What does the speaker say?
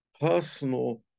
personal